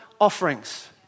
offerings